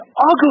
ugly